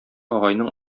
агайның